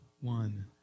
one